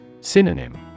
Synonym